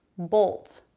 bolt,